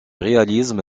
réalisme